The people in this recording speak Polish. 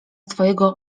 twojego